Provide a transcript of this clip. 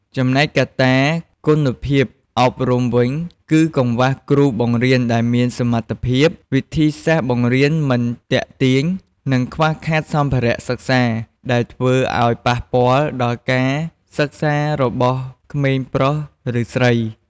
ចំណែកកត្តាគុណភាពអប់រំវិញគឺ កង្វះគ្រូបង្រៀនដែលមានសមត្ថភាព វិធីសាស្រ្តបង្រៀនមិនទាក់ទាញ និងខ្វះខាតសម្ភារៈសិក្សា ដែលធ្វើឲ្យប៉ះពាល់ដល់ការសិក្សារបស់ក្មេងប្រុសឫស្រី។